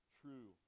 true